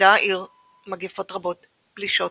ידעה העיר מגפות רבות, פלישות,